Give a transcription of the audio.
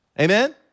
Amen